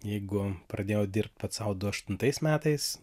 jeigu pradėjau dirbt pats sau du aštuntais metais